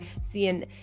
seeing